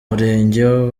murenge